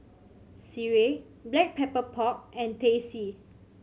sireh Black Pepper Pork and Teh C